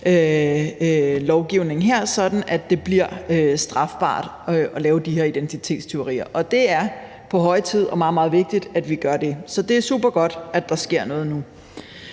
lovgivning her, sådan at det bliver strafbart at lave de her identitetstyverier. Og det er på høje tid og meget, meget vigtigt, at vi gør det her, så det er supergodt, at der sker noget nu.